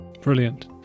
Brilliant